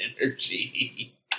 energy